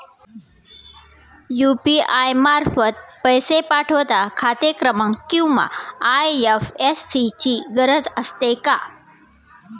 UPI मार्फत पैसे पाठवता खाते क्रमांक किंवा आय.एफ.एस.सी ची गरज असते का?